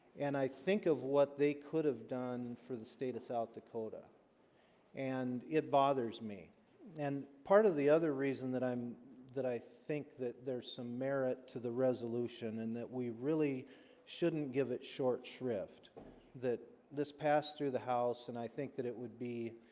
and i think of what they could have done for the state of south dakota and it bothers me and part of the other reason that i'm that i think that there's some merit to the resolution and that we really shouldn't give it short shrift that this passed through the house, and i think that it would be